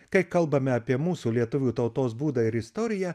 kai kalbame apie mūsų lietuvių tautos būdą ir istoriją